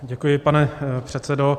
Děkuji, pane předsedo.